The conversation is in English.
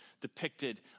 depicted